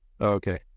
Okay